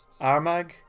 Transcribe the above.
Armag